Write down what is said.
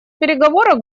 переговоров